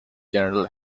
general